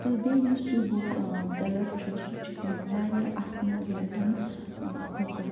تہٕ بیٚیہِ یُس سُہ بُک سٮ۪لَر چھُ سُہ چھُ دِوان وارِیاہ اَسنہٕ ریٹن بُکہٕ